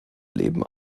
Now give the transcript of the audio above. leben